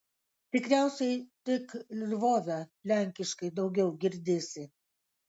tikriausiai tik lvove lenkiškai daugiau girdėsi